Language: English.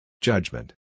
Judgment